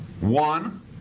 one